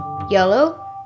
Yellow